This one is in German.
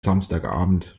samstagabend